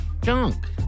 junk